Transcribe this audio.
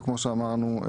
וכמו שאמרנו,